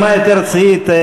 בנימה יותר רצינית,